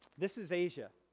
this is asia.